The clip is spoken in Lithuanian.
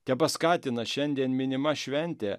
tepaskatina šiandien minima šventė